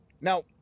Now